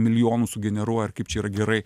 milijonų sugeneruoja ir kaip čia yra gerai